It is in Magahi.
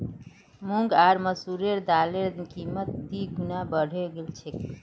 मूंग आर मसूरेर दालेर कीमत दी गुना बढ़े गेल छेक